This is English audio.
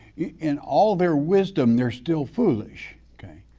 in all their wisdom, they're still foolish, okay?